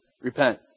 Repent